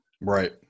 Right